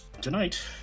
tonight